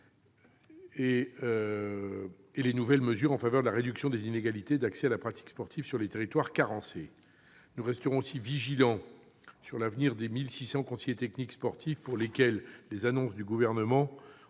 et les nouvelles mesures en faveur de la réduction des inégalités d'accès à la pratique sportive sur les territoires carencés. Nous resterons aussi vigilants sur l'avenir des 1 600 conseillers techniques sportifs, pour lesquels les annonces du Gouvernement ont